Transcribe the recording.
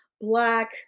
black